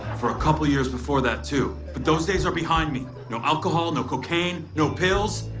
for a couple of years before that, too. but those things are behind me. no alcohol, no cocaine, no pills,